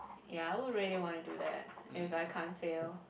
ya I would really wanna do that if I can't fail